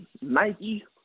Nike